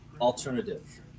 Alternative